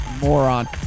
Moron